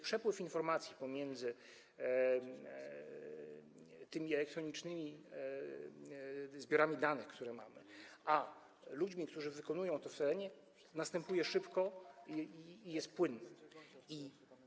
Przepływ informacji pomiędzy tymi elektronicznymi zbiorami danych, które mamy, a ludźmi, którzy wykonują to w terenie, następuje szybko i płynnie.